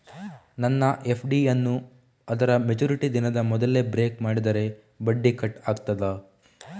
ನನ್ನ ಎಫ್.ಡಿ ಯನ್ನೂ ಅದರ ಮೆಚುರಿಟಿ ದಿನದ ಮೊದಲೇ ಬ್ರೇಕ್ ಮಾಡಿದರೆ ಬಡ್ಡಿ ಕಟ್ ಆಗ್ತದಾ?